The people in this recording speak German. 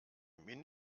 minh